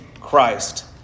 Christ